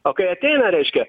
o kai ateina reiškia